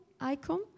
icon